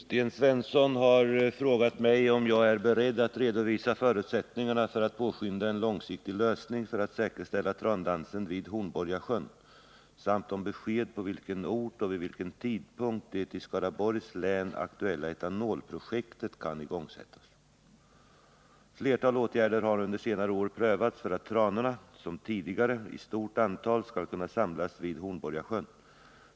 Herr talman! Sten Svensson har frågat mig om jag är beredd att redovisa förutsättningarna för att påskynda en långsiktig lösning för att säkerställa trandansen vid Hornborgasjön samt om jag kan ge besked om på vilken ort och vid vilken tidpunkt det i Skaraborgs län aktuella etanolprojektet kan igångsättas. Ett flertal åtgärder har under senare år prövats för att tranorna — som tidigare — i stort antal skall kunna samlas vid Hornborgasjön.